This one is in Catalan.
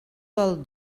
del